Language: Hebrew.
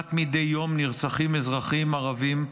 כמעט מדי יום נרצחים אזרחים ערבים,